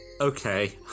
okay